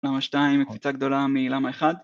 למה 2 קציצה גדולה מלמה 1?